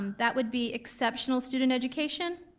that would be exceptional student education,